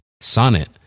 Sonnet